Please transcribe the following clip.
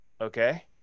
okay